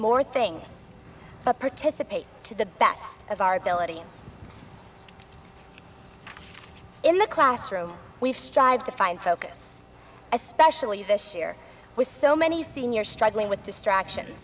more things but participate to the best of our ability in the classroom we strive to find focus especially this year with so many seniors struggling with distraction